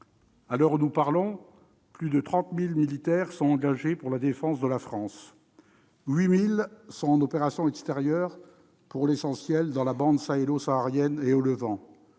À l'heure où nous parlons, plus de 30 000 militaires sont engagés pour la défense de la France : parmi eux, 8 000 sont en OPEX, pour l'essentiel dans la bande sahélo-saharienne et au Levant